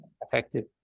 effective